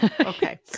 Okay